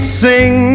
sing